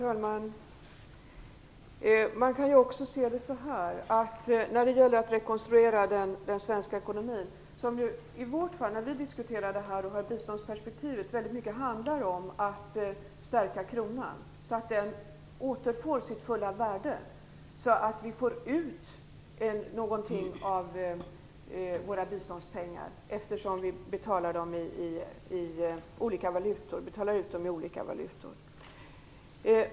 Fru talman! Man kan också se det så här, att när det gäller att rekonstruera den svenska ekonomin, som i vårt fall när vi diskuterar biståndsperspektivet, handlar det väldigt mycket om att stärka kronan så att den återfår sitt fulla värde, så att vi får ut någonting av våra biståndspengar, eftersom vi betalar ut dem i olika valutor.